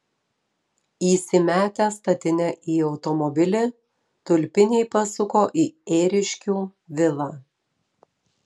įsimetę statinę į automobilį tulpiniai pasuko į ėriškių vilą